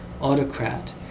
autocrat